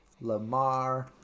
Lamar